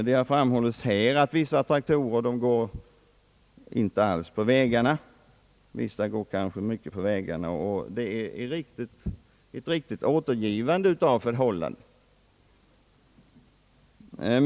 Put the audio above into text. Det har här framhållits att vissa traktorer inte alls framförs på vägarna under det att andra framförs mycket på vägarna, och det är ett riktigt återgivande av förhållandena.